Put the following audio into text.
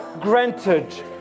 granted